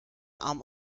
arm